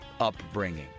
upbringing